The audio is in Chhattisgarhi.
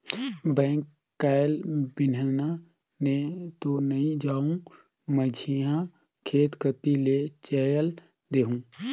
बेंक कायल बिहन्हा ले तो नइ जाओं, मझिन्हा खेत कति ले चयल देहूँ